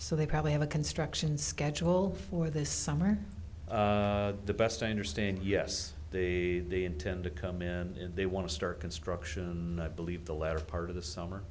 so they probably have a construction schedule for this summer the best i understand yes day they intend to come in they want to start construction i believe the latter part of the summer